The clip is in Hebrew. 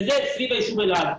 וזה סביב היישוב אלעד.